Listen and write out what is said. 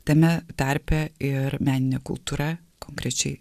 tame tarpe ir menine kultūra konkrečiai